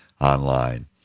online